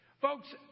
Folks